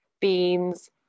beans